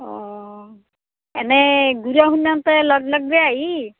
অ এনেই আহি